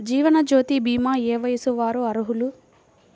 జీవనజ్యోతి భీమా ఏ వయస్సు వారు అర్హులు?